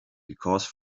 because